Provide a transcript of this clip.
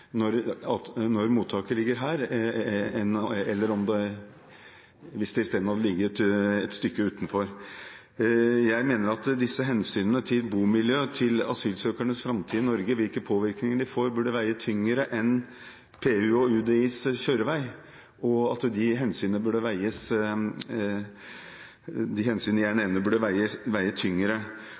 når mottaket ligger her, enn om det isteden hadde ligget et stykke utenfor byen. Jeg mener at hensynet til bomiljøet, til asylsøkernes framtid i Norge – hvilke påvirkninger de får – burde veie tyngre enn PUs og UDIs kjørevei, og at de hensynene jeg nevner, burde veie tyngre. Alle politiske partier i Oslo, så vidt jeg